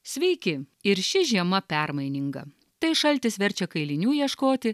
sveiki ir ši žiema permaininga tai šaltis verčia kailinių ieškoti